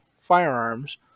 firearms